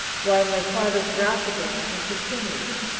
while my father's wrath against me continues.